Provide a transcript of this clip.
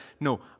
no